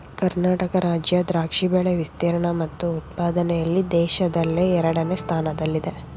ಕರ್ನಾಟಕ ರಾಜ್ಯ ದ್ರಾಕ್ಷಿ ಬೆಳೆ ವಿಸ್ತೀರ್ಣ ಮತ್ತು ಉತ್ಪಾದನೆಯಲ್ಲಿ ದೇಶದಲ್ಲೇ ಎರಡನೇ ಸ್ಥಾನದಲ್ಲಿದೆ